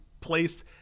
place